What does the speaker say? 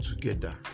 together